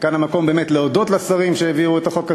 וכאן המקום באמת להודות לשרים שהעבירו את החוק הזה,